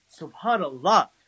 subhanallah